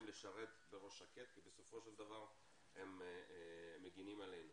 לשרת בראש שקט כי בסופו של דבר עם מגנים עלינו.